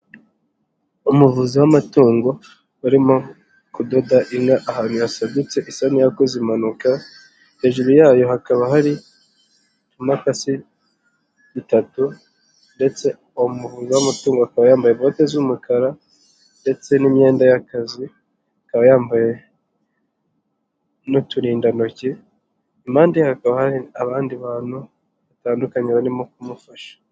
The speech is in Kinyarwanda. Umuvuzi w'amatungo urimo kudoda inka ahantu yasadutse isa nk'iyakoze impanuka, hejuru yayo hakaba hari utumakasi dutatu ndetse umuvuzi w'amatungo akaba yambaye bote z'umukara ndetse n'imyenda y'akazi, akaba yambaye n'uturindantoki, impande hakaba hari abandi bantu batandukanye barimo kumufasha.